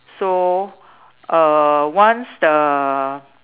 so uh once the